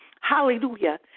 Hallelujah